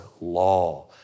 law